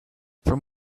from